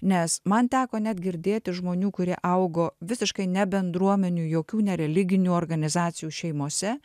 nes man teko net girdėti žmonių kurie augo visiškai ne bendruomenių jokių nereliginių organizacijų šeimose